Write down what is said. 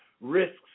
risks